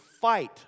fight